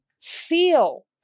feel